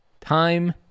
time